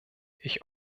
ich